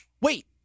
wait